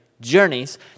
journeys